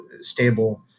stable